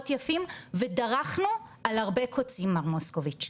יפים ודרכנו על הרבה 'קוצים' מר מוסקוביץ,